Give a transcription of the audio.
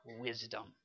wisdom